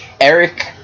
Eric